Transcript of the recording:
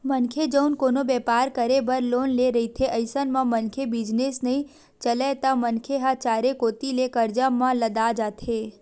मनखे जउन कोनो बेपार करे बर लोन ले रहिथे अइसन म मनखे बिजनेस नइ चलय त मनखे ह चारे कोती ले करजा म लदा जाथे